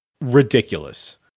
ridiculous